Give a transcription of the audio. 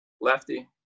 Lefty